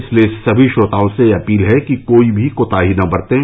इसलिए समी श्रोताओं से अपील है कि कोई भी कोताही न बरतें